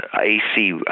AC